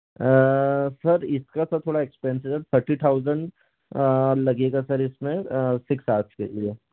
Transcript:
sir इसका तो थोड़ा एक्सपेंसिव है थर्टी थाउज़ेंड लगेगा सर इसमें सिक्स आर्स के लिए